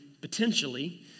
potentially